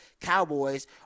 Cowboys